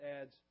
adds